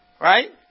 Right